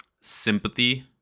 sympathy